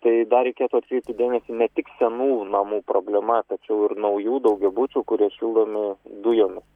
tai dar reikėtų atkreipti dėmesį ne tik senų namų problema tačiau ir naujų daugiabučių kurie šildomi dujomis